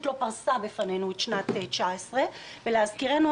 לא פרשה בפנינו את שנת 2019. להזכירנו,